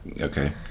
Okay